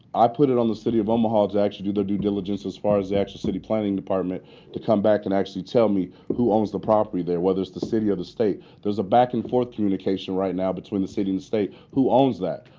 i put it on the city of omaha to actually do the due diligence as far as actually city planning department to come back and actually tell me who owns the property there, whether it's the city or the state. there is a back and forth communication right now between the city and state who owns that.